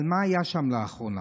אבל מה היה שם לאחרונה?